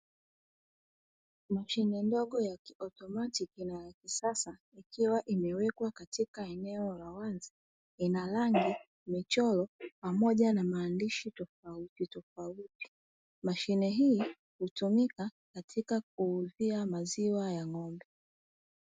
Mashine ndogo ya kiautomatiki na ya kisasa ikiwa imewekwa katika eneo la wazi, ina rangi, michoro pamoja na maandishi tofautitofauti. Mashine hii hutumika katika kuuzia maziwa ya ng’ombe.